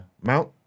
Mount